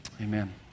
amen